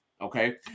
Okay